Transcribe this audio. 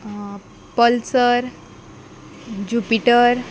Pulsar Jupiter